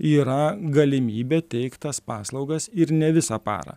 yra galimybė teikt tas paslaugas ir ne visą parą